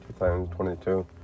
2022